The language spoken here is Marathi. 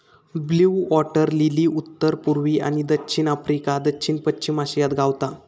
ब्लू वॉटर लिली उत्तर पुर्वी आणि दक्षिण आफ्रिका, दक्षिण पश्चिम आशियात गावता